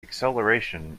acceleration